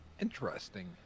Interesting